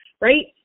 right